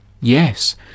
Yes